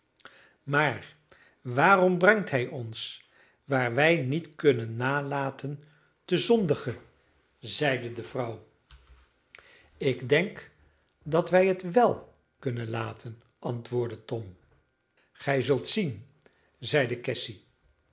maar waarom brengt hij ons waar wij niet kunnen nalaten te zondigen zeide de vrouw ik denk dat wij het wel kunnen laten antwoordde tom gij zult zien zeide